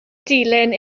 dilin